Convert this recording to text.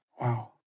Wow